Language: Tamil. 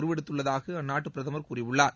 உருவெடுத்துள்ளதாக அந்நாட்டு பிரதமர் கூறியுள்ளார்